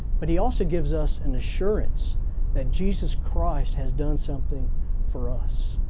but he also gives us an assurance that jesus christ has done something for us.